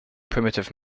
primitive